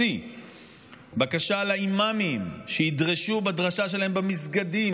מוציא בקשה לאימאמים שידרשו בדרשה שלהם במסגדים,